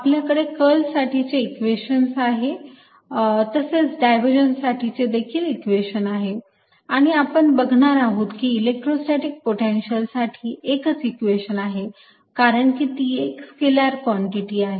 आपल्याकडे कर्ल साठीचे इक्वेशन आहे तसेच डायव्हरजन्स साठीचे देखील इक्वेशन आहे आणि आपण बघणार आहोत की इलेक्ट्रोस्टॅटीक पोटेन्शियल साठी एकच इक्वेशन आहे कारण की ती एक स्केलर कॉन्टिटी आहे